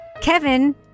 Kevin